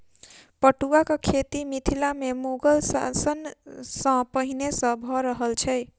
पटुआक खेती मिथिला मे मुगल शासन सॅ पहिले सॅ भ रहल छै